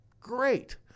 Great